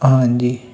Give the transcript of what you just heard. ਹਾਂਜੀ